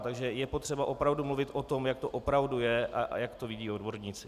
Takže je potřeba mluvit o tom, jak to opravdu je a jak to vidí odborníci.